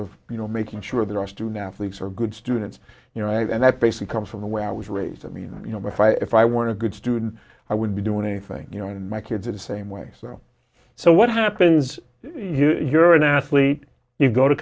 of you know making sure that our student athletes are good students you know and that basic comes from the way i was raised i mean you know if i if i want a good student i would be doing anything you know and my kids are the same way so so what happens if you're an athlete you go to